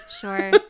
Sure